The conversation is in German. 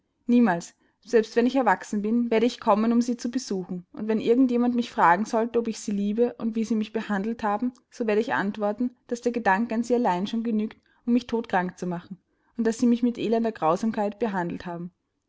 niemals selbst wenn ich erwachsen bin werde ich kommen um sie zu besuchen und wenn irgend jemand mich fragen sollte ob ich sie liebe und wie sie mich behandelt haben so werde ich antworten daß der gedanke an sie allein schon genügt um mich todkrank zu machen und daß sie mich mit elender grausamkeit behandelt haben